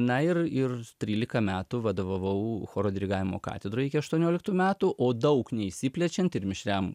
na ir ir trylika metų vadovavau choro dirigavimo katedrai iki aštuonioliktų metų o daug neišsiplečiant ir mišriam